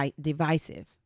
divisive